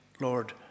Lord